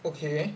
okay